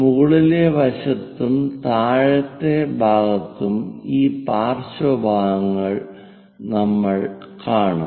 മുകളിലെ വശത്തും താഴത്തെ ഭാഗത്തും ഈ പാർശ്വഭാഗങ്ങൾ നമ്മൾ കാണും